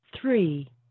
three